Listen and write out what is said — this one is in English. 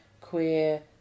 queer